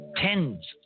Tens